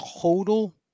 total